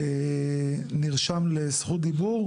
אולי עוד הערה: אף אחד לא בוחר להיות נכה או חולה.